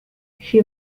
she